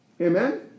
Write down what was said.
Amen